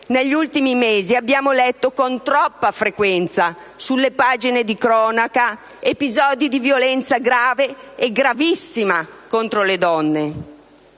negli ultimi mesi abbiamo letto con troppa frequenza sulle pagine di cronaca episodi di violenza grave e gravissima contro le donne.